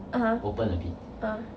(uh huh) uh